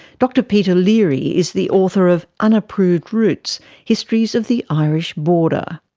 dr peter leary is the author of unapproved routes histories of the irish border.